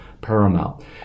paramount